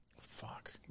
Fuck